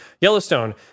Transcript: Yellowstone